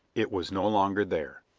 it was no longer there.